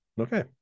okay